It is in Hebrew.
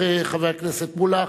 אחרי חבר הכנסת מולה,